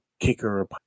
kicker